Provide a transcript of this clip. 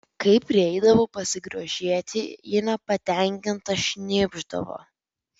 kai prieidavau pasigrožėti ji nepatenkinta šnypšdavo